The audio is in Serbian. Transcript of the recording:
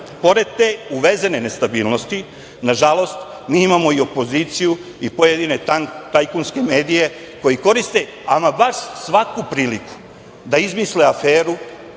Pored te uvezene nestabilnosti, nažalost, mi imamo i opoziciju i pojedine tajkunske medije koji koriste, ama baš svaku priliku da izmisle aferu,